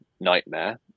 nightmare